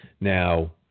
Now